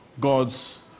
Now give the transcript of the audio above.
God's